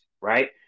right